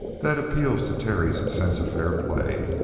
that appeals to terry's sense of fair play.